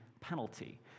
penalty